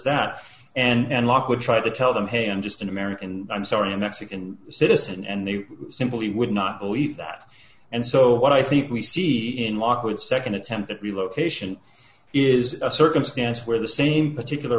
that and lockwood try to tell them hey i'm just an american i'm sorry i'm mexican citizen and they simply would not believe that and so what i think we see in law and nd attempt at relocation is a circumstance where the same particular